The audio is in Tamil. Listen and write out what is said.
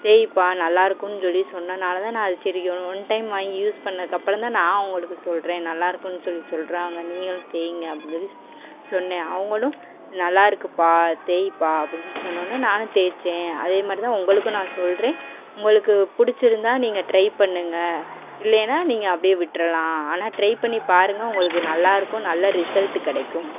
தேய்ப்பா நல்லா இருக்கும்னு சொல்லி சொன்னனால தான் நான் அது சரி ஒ ஒன் டைம் வாங்கி யூஸ் பண்ணக்கு அப்புறம் தான் நான் உங்களுக்கு சொல்லுறேன் நல்லா இருக்கும்னு சொல்லி சொல்லுறாங்க நீங்களும் தேய்ங்க அப்படின்னு சொல்லி சொன்னேன் அவங்களும் நல்லாருக்குப்பா தேய்ப்பா அப்படின்னு சொல்லி சொன்னோனே நானும் தேய்ச்சேன் அதே மாரி தான் உங்களுக்கும் நான் சொல்லுறேன் உங்களுக்கு பிடிச்சிருந்தா நீங்கள் ட்ரை பண்ணுங்கள் இல்லேன்னா நீங்கள் அப்படியே விட்ரலாம் ஆனால் ட்ரை பண்ணி பாருங்கள் உங்களுக்கு நல்லா இருக்கும் நல்ல ரிசல்ட்டு கிடைக்கும்